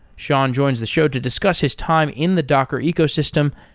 sean joins the show to discuss his time in the docker ecosystem,